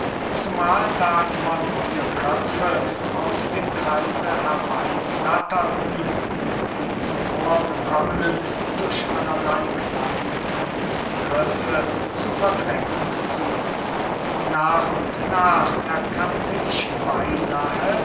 zumahl da immer neue köpfe aus dem kreise herbeyflatterten und die zuvorgekommenen durch allerley kleine kunstgriffe zu verdrängen suchten nach und nach erkannte ich beynahe